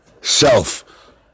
self